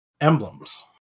emblems